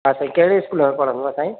हा साईं कहिड़े स्कूल में पढ़ंदो आहे साईं